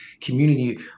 community